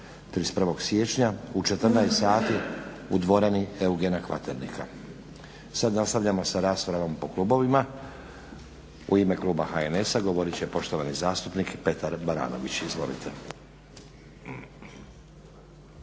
31. siječnja u 14.sati u dvorani Eugena Kvaternika. Sada nastavljamo sa raspravom po klubovima. U ime kluba HNS-a govorit će poštovani zastupnik Petar Baranović. Izvolite.